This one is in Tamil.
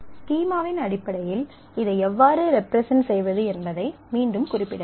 ஸ்கீமாவின் அடிப்படையில் இதை எவ்வாறு ரெப்ரசன்ட் செய்வது என்பதை மீண்டும் குறிப்பிடலாம்